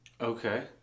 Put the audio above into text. Okay